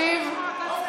חוצפה.